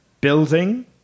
building